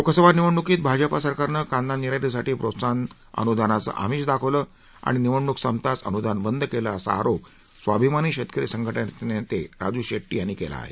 लोकसभा निवडणुकीत भाजपा सरकारनं कांदा निर्यातीसाठी प्रोत्साहन अनुदानाचं आमिष दाखविलं आणि निवडणूक संपताच अनुदान बंद केलं असा आरोप स्वाभिमानी शेतकरी संघटनेचे नेते राजू शेट्टी यांनी केला आहे